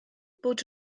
bod